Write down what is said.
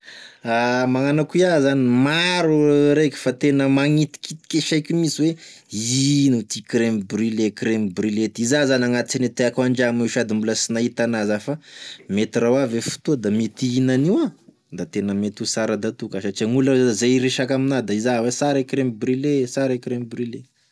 Magnano akô ià zany maro raiky fa tena magnitikitiky e saiko minsy oe ino ty crème brulé crème brulé ty, izà zany agnatine tiàko andrama sady sy mbola nahita anazy ià fa mety raha avy e fotoa da mety hihina an'io a, da mety ho sara dato ka satria gn'olo az- zay hiresaky aminah da izà oe tsara e crème brulé tsara e crème brulé.